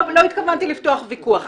אני לא התכוונתי לפתוח ויכוח.